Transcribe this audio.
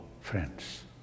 friends